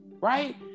right